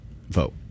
vote